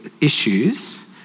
issues